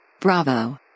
Bravo